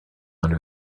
under